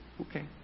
Okay